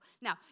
Now